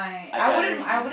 ajal already